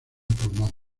pulmón